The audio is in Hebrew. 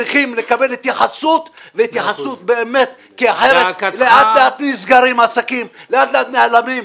צריכים לקבל התייחסות כי לאט לאט נסגרים עסקים ולאט לאט הם נעלמים.